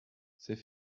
c’est